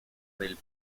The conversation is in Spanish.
del